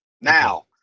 Now